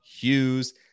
Hughes